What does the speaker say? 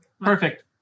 Perfect